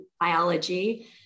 biology